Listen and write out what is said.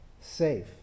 safe